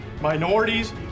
minorities